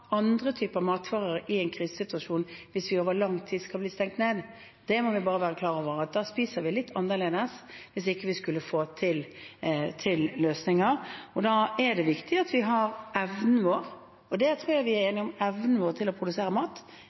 andre typer matvarer i en krisesituasjon hvis vi blir stengt ned over lang tid, det må vi bare være klar over. Da spiser vi litt annerledes, hvis vi ikke skulle få til løsninger. Da er det viktig at vi har evnen til å produsere mat, og det tror jeg vi er enige om, at evnen vår til å produsere mat